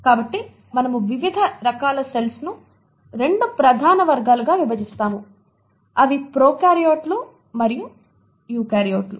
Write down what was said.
కాబట్టి మనము వివిధ రకాల సెల్స్ ను రెండు ప్రధాన వర్గాలుగా విభజిస్తాము అవి ప్రొకార్యోట్లు మరియు యూకారియోట్లు